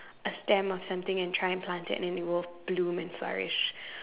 a stem or something and try and plant it then it will bloom and flourish